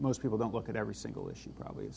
most people don't look at every single issue probably